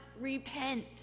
repent